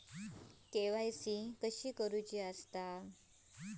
KYC कशी करायची?